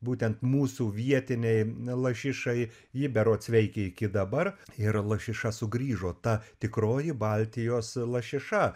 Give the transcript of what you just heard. būtent mūsų vietinei lašišai ji berods veikia iki dabar ir lašiša sugrįžo ta tikroji baltijos lašiša